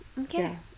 Okay